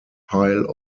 pile